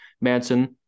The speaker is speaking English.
Manson